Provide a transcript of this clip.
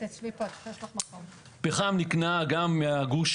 פחם נקנה גם מגוש